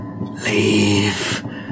Leave